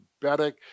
diabetic